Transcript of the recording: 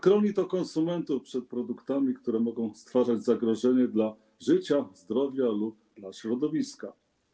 Chroni to konsumentów przed produktami, które mogą stwarzać zagrożenie dla życia, zdrowia lub środowiska.